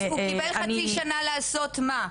אז הוא קיבל חצי שנה כדי לעשות מה?